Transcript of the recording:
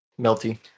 melty